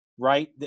right